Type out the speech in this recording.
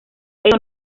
eso